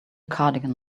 cardigan